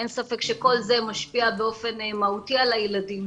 אין ספק שכל זה משפיע באופן מהותי על הילדים